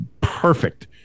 perfect